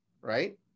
Right